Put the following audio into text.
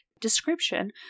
description